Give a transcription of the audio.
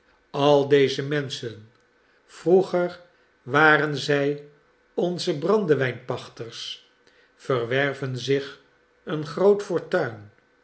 al deze menschen vroeger waren zij onze brandewijnpachters verwerven zich een groot fortuin